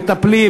מטפלות,